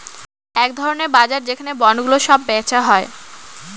এক ধরনের বাজার যেখানে বন্ডগুলো সব বেচা হয়